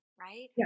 right